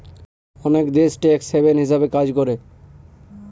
অনেক দেশ tax haven হিসাবে কাজ করে